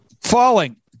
falling